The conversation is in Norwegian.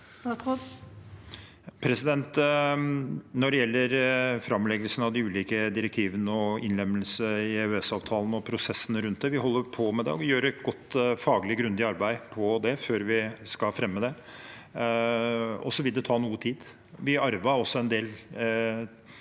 Når det gjelder framleggelsen av de ulike direktivene, innlemmelse i EØS-avtalen og prosessene rundt det, holder vi på med det. Vi gjør et godt og faglig grundig arbeid med det før vi skal fremme det, og det vil ta noe tid. Vi arvet også en del